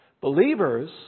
Believers